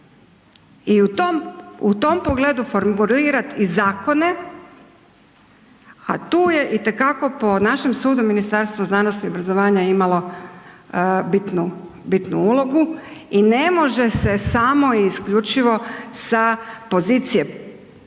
i u tom pogledu formulirati zakone, a tu je itekako po našem sudu Ministarstvo znanosti i obrazovanja imalo bitnu ulogu i ne može se samo i isključivo sa pozicije poduzetnika,